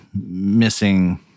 missing